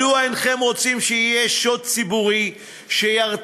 מדוע אינכם רוצים שיהיה שוט ציבורי שירתיע